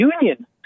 union